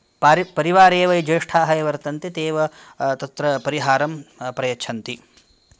पारि परिवारे एव ज्येष्ठाः ये वर्तन्ते ते एव तत्र परिहारं प्रयच्छन्ति